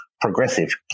progressive